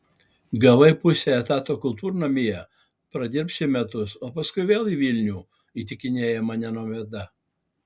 gavai pusę etato kultūrnamyje pradirbsi metus o paskui vėl į vilnių įtikinėja mane nomeda